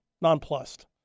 nonplussed